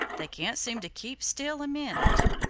they can't seem to keep still a minute.